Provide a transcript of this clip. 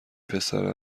پسره